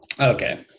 Okay